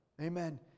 Amen